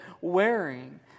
wearing